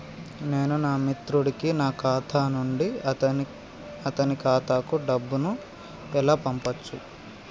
నేను నా మిత్రుడి కి నా ఖాతా నుండి అతని ఖాతా కు డబ్బు ను ఎలా పంపచ్చు?